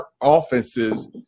offenses